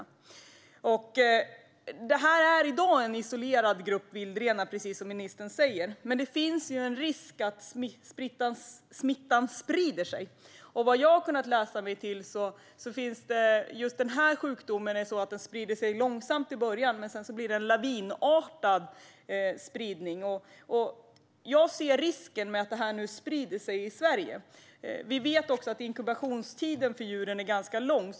Det är i dag en isolerad grupp vildrenar, precis som ministern säger. Men det finns en risk att smittan sprider sig. Jag har kunnat läsa mig till att denna sjukdom sprider sig långsamt i början, men sedan blir det en lavinartad spridning. Jag ser risken att detta nu sprider sig i Sverige. Vi vet också att inkubationstiden för djuren är ganska lång.